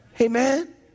Amen